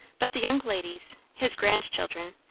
but the young ladies, his grandchildren,